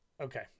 okay